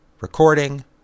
recording